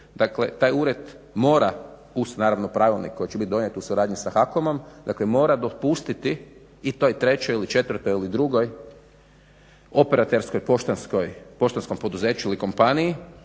dakle taj ured mora uz naravno pravilnik koji će bit donekle u suradnji s HAKOM-om dakle mora dopustiti i toj trećoj, ili četvrtoj ili drugoj operaterskom poštanskom poduzeću ili kompaniji